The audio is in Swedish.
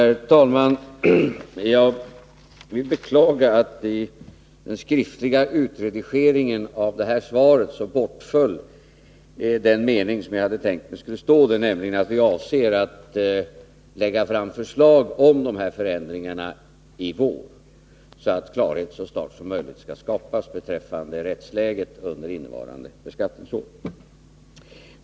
Herr talman! Jag beklagar att det i den skriftliga utredigeringen av detta svar bortföll en mening som jag hade tänkt skulle stå där, nämligen att vi avser att lägga fram förslag om dessa förändringar i vår, så att klarhet beträffande rättsläget under innevarande beskattningsår skall skapas så snart som möjligt.